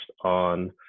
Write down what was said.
on